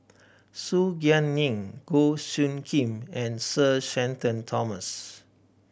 Su Guaning Goh Soo Khim and Sir Shenton Thomas